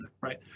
right